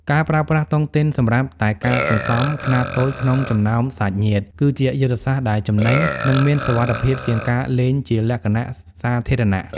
ការប្រើប្រាស់តុងទីនសម្រាប់តែការសន្សំខ្នាតតូចក្នុងចំណោមសាច់ញាតិ គឺជាយុទ្ធសាស្ត្រដែលចំណេញ និងមានសុវត្ថិភាពជាងការលេងជាលក្ខណៈសាធារណៈ។